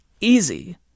easy